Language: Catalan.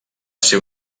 ser